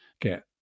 get